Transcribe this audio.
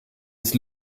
ist